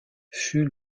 fut